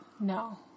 No